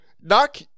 Knock